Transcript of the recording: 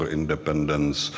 independence